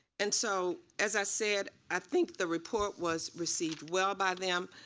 and so as i said i think the report was received well by them.